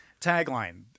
tagline